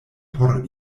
por